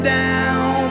down